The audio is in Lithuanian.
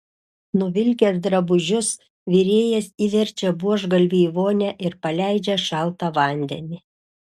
nuvilkęs drabužius virėjas įverčia buožgalvį į vonią ir paleidžia šaltą vandenį